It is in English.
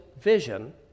vision